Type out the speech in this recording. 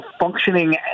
functioning